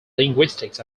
linguistics